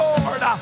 Lord